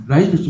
Right